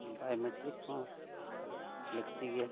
ᱯᱟᱭᱳᱢᱮᱴᱨᱤᱠ ᱦᱚᱸ ᱞᱟᱹᱠᱛᱤ ᱜᱮᱭᱟ